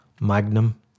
Magnum